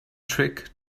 trick